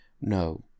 no